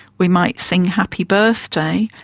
we might sing happy birthday,